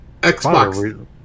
Xbox